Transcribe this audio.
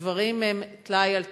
הדברים הם טלאי על טלאי,